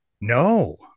no